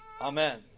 Amen